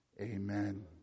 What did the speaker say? Amen